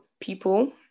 people